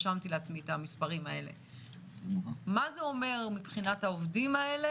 מה זה אומר מבחינת העובדים האלה?